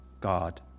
God